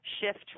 shift